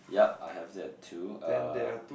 yup I have that too uh